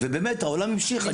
באמת העולם המשיך.